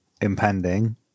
impending